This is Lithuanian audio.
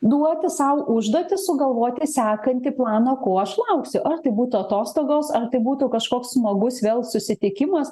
duoti sau užduotį sugalvoti sekantį planą ko aš lauksiu ar tai būtų atostogos ar tai būtų kažkoks smagus vėl susitikimas